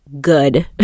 good